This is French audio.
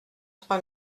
trois